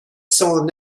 son